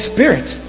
Spirit